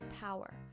power